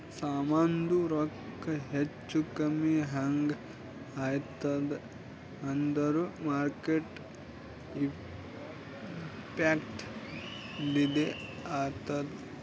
ಸಾಮಾಂದು ರೊಕ್ಕಾ ಹೆಚ್ಚಾ ಕಮ್ಮಿ ಹ್ಯಾಂಗ್ ಆತ್ತುದ್ ಅಂದೂರ್ ಮಾರ್ಕೆಟ್ ಇಂಪ್ಯಾಕ್ಟ್ ಲಿಂದೆ ಆತ್ತುದ